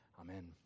Amen